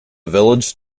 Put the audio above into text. village